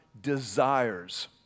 desires